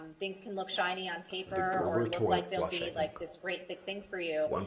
things can look shiny on paper or look like they'll be like this great big thing for you,